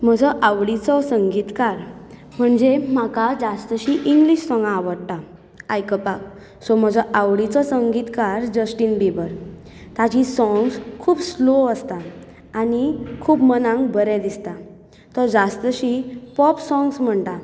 म्हजो आवडीचो संगीतकार म्हणजे म्हाका जास्तशीं इंग्लीश सोंगां आवडटा आयकपाक सो म्हजो आवडीचो संगीतकार जस्टीन बिबर ताजी सोंग्स खूब स्लो आसता आनी खूब मनाक बरें दिसता तो जास्तशीं पॉप सोंग्स म्हणटा